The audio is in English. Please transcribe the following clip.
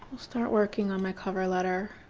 start working on my cover letter